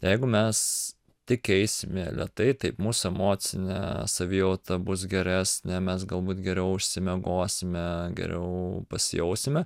jeigu mes tik eisime lėtai taip mūsų emocinė savijauta bus geresnė mes galbūt geriau išsimiegosime geriau pasijausime